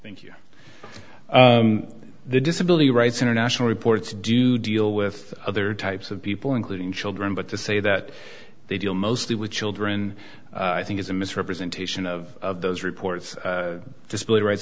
thank you the disability rights international reports do deal with other types of people including children but to say that they deal mostly with children i think is a misrepresentation of those reports disability rights